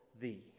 thee